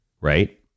right